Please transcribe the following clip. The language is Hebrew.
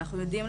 אנחנו יודעים,